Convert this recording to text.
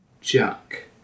junk